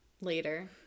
later